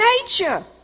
nature